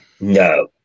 No